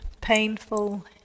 painful